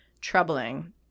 troubling